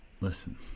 Listen